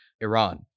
Iran